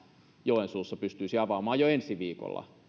joensuussa pystyisi avaamaan jo ensi viikolla